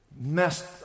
messed